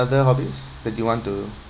other hobbies that you want to